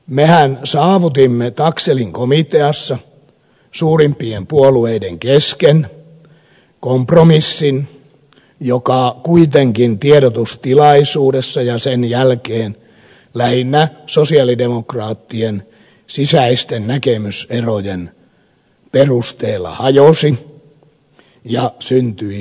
mehän saavutimme taxellin komiteassa suurimpien puolueiden kesken kompromissin joka kuitenkin tiedotustilaisuudessa ja sen jälkeen lähinnä sosialidemokraattien sisäisten näkemyserojen perusteella hajosi ja syntyi uusi tilanne